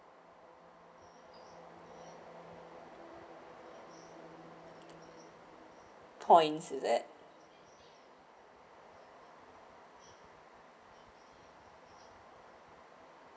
points is it